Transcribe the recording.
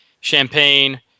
Champagne